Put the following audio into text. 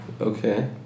Okay